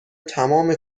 تمام